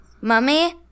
mummy